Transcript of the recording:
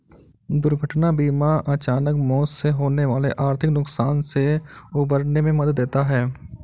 दुर्घटना बीमा अचानक मौत से होने वाले आर्थिक नुकसान से उबरने में मदद देता है